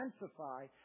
intensify